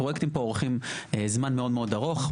פרויקטים פה אורכים זמן מאוד מאוד ארוך.